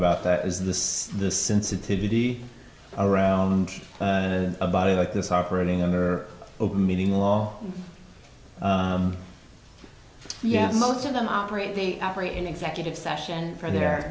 about that is this the sensitivity around about it like this operating under open meeting law yet most of them operate the operate in executive session for their